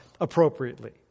appropriately